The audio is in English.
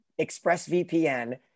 ExpressVPN